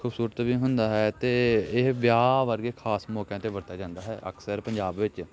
ਖੂਬਸੂਰਤ ਵੀ ਹੁੰਦਾ ਹੈ ਅਤੇ ਇਹ ਵਿਆਹ ਵਰਗੇ ਖਾਸ ਮੌਕਿਆਂ 'ਤੇ ਵਰਤਿਆ ਜਾਂਦਾ ਹੈ ਅਕਸਰ ਪੰਜਾਬ ਵਿੱਚ